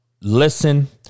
listen